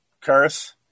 Curse